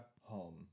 home